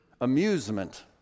Amusement